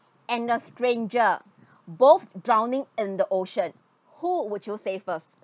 and the stranger both drowning in the ocean who would you save first